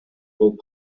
болуп